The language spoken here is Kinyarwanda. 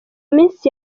minsi